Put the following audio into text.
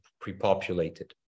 pre-populated